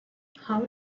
how